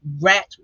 rat